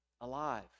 alive